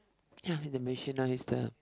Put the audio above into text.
ya they mention now is the